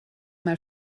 mal